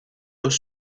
aux